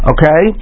Okay